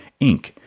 Inc